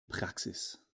praxis